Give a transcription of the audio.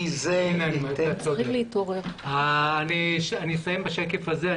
אני אסיים בשקף הזה.